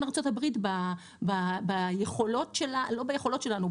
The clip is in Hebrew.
ארצות הברית ביכולות שלנו לא ביכולות שלנו,